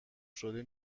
شده